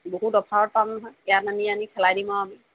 বহুত অফাৰত পাম নহয় ইয়াত আনি আনি খেলাই দিম আমি